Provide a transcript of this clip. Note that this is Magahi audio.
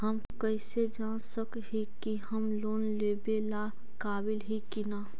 हम कईसे जान सक ही की हम लोन लेवेला काबिल ही की ना?